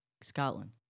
Scotland